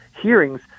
hearings